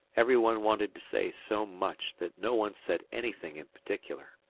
every one wanted to say so much that no one said anything in particular.